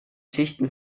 schichten